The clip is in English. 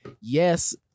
Yes